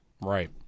Right